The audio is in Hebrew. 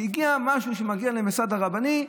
כשמגיע משהו שנוגע לממסד הרבני,